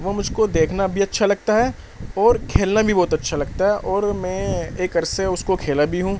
وہ مجھ کو دیکھنا بھی اچّھا لگتا ہے اور کھیلنا بھی بہت اچّھا لگتا ہے اور میں ایک عرصے اس کو کھیلا بھی ہوں